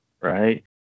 right